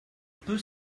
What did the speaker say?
peu